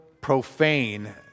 profane